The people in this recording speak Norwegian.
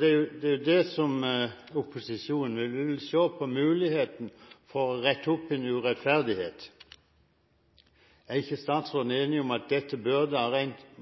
Det er det opposisjonen vil. Vi vil se på muligheten for å rette opp en urettferdighet. Det er ikke